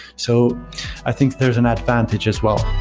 so i think there's an advantage as well.